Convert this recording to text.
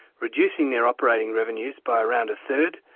reducing their operating revenues by around a third,